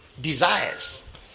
Desires